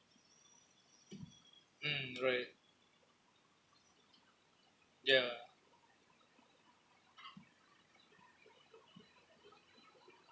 mm right ya